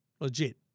Legit